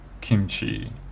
kimchi